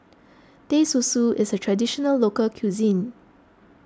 Teh Susu is a Traditional Local Cuisine